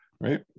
right